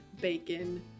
bacon